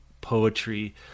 poetry